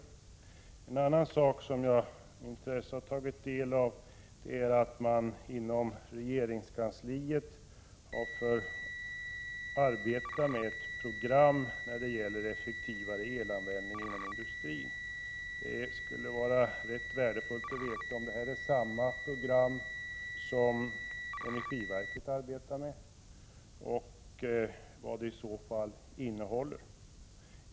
Jag har vidare med intresse noterat att regeringskansliet arbetar med ett program för effektivare elanvändning inom industrin. Det skulle vara värdefullt att veta om detta är samma program som energiverket arbetar med och vad programmet innehåller.